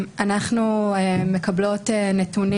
מקבלות נתונים.